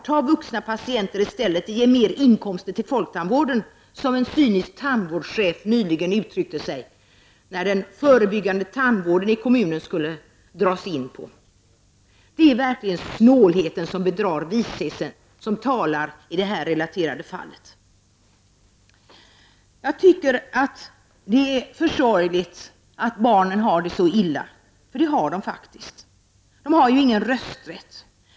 Ta vuxna patienter i stället, det ger mer inkomster till folktandvården.” Så sade en cynisk tandvårdschef nyligen när man skulle dra in på den förebyggande tandvår den i kommunen. Det är verkligen snålheten som bedrar visheten som talar i det här relaterade fallet. Det är för sorgligt att barnen har det så illa, för det har de faktiskt. Barnen har ingen rösträtt.